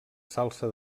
salsa